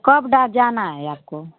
कब ड जाना है आपको